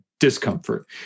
Discomfort